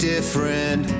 different